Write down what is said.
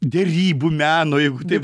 derybų meno jeigu taip